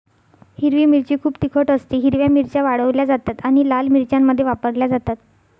हिरवी मिरची खूप तिखट असतेः हिरव्या मिरच्या वाळवल्या जातात आणि लाल मिरच्यांमध्ये वापरल्या जातात